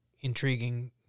intriguing